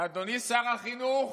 ואדוני שר החינוך